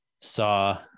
saw